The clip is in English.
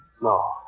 No